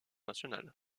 nationale